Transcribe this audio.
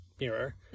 mirror